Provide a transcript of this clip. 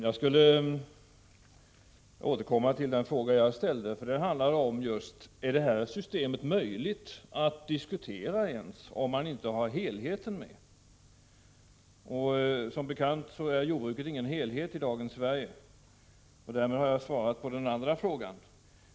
Jag skulle vilja återkomma till den fråga jag ställde, för den handlar just om huruvida det här systemet ens är möjligt att diskutera om man inte har helheten med. Som bekant är jordbruket ingen helhet i dagens Sverige. Därmed har jag svarat på den andra frågan.